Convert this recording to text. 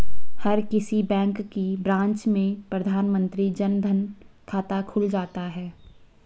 हर किसी बैंक की ब्रांच में प्रधानमंत्री जन धन खाता खुल जाता है